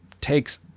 takes